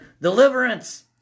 deliverance